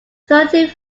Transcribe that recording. thirty